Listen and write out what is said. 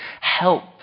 Help